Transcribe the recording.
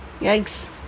Yikes